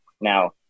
Now